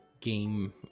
game